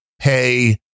pay